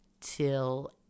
till